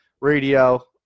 Radio